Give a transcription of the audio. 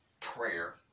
prayer